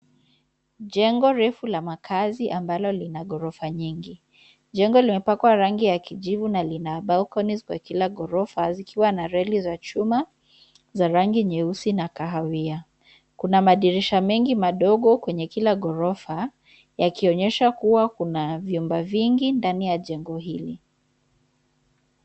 Jengo refu la makaazi ambalo lina ghorofa nyingi. Jengo limepakwa rangi ya kijivu na lina balconies kwa kila ghorofa zikiwa na reli za chuma, za rangi nyeusi na kahawia. Kuna madirisha mengi madogo kwenye kila ghorofa, yakionyesha kuwa kuna vyumba vingi ndani ya jengo hili.